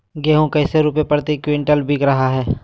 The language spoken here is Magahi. गेंहू कैसे रुपए प्रति क्विंटल बिक रहा है?